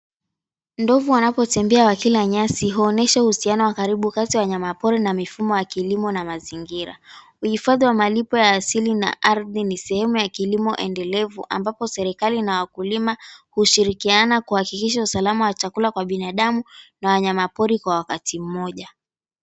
Ndovu wanapotembea wakila nyasi, huonesha uhusiano wa karibu kati ya wanyama pori na mifumo ya kilimo na mazingira. Uhifadhi wa malipo ya asili na ardhi ni sehemu ya kilimo endelevu, ambapo serikali na wakulima hushirikiana kuhakikisha usalama wa chakula kwa binadamu na wanyama pori kwa wakati mmoja.